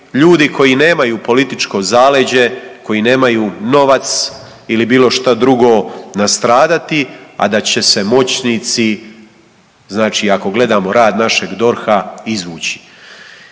ljudi koji nemaju političko zaleđe, koji nemaju novac ili bilo što drugo nastradati, a da će se moćnici ako gledamo rad našeg DORH-a izvući.